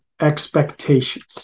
expectations